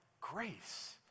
grace